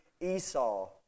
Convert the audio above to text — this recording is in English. Esau